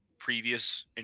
previous